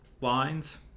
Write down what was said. lines